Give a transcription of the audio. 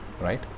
Right